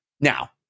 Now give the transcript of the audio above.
Now